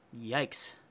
Yikes